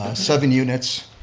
seven units,